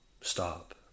stop